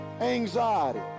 anxiety